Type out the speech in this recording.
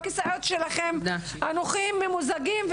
בכיסאות שלכם הנוחים והממוזגים,